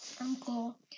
Uncle